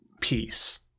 peace